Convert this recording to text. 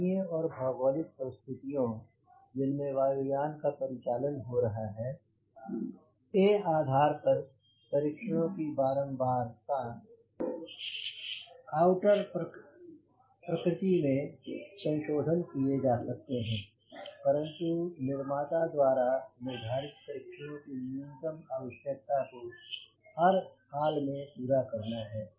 स्थानीय और भौगोलिक परिस्थितियों जिनमे वायु यान का परिचालन हो रहा है के आधार पर परीक्षणों की बारम्बारता आउटर प्रकृति में संशोधन किये जा सकते हैं परन्तु निर्माता द्वारा निर्धारित परीक्षणों की न्यूनतम आवश्यकता को हर हाल में पूरा करना है